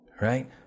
right